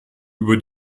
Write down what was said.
über